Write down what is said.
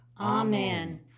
Amen